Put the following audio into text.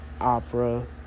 opera